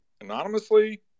anonymously